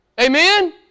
Amen